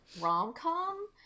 rom-com